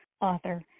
author